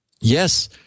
yes